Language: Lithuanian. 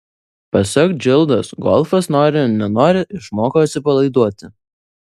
pasak džildos golfas nori nenori išmoko atsipalaiduoti